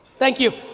thank you.